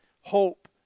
hope